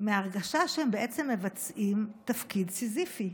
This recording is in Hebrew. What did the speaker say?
מההרגשה שהם בעצם מבצעים תפקיד סיזיפי,